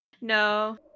No